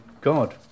God